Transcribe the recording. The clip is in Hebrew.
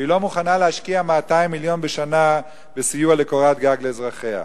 והיא לא מוכנה להשקיע 200 מיליון בשנה לסיוע לקורת גג לאזרחיה.